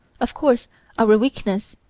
of course our weakness,